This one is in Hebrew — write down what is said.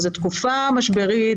זאת תקופה משברית,